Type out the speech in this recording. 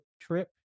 trip